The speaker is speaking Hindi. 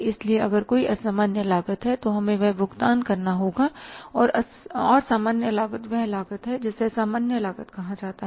इसलिए अगर कोई असामान्य लागत है तो हमें वह भुगतान करना होगा और सामान्य लागत वह लागत है जिसे सामान्य लागत कहा जाता है